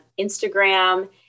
Instagram